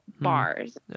bars